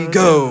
go